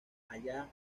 allá